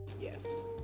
Yes